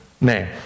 name